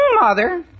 Mother